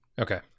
Okay